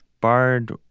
Bard